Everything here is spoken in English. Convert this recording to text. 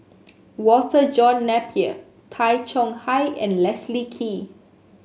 Walter John Napier Tay Chong Hai and Leslie Kee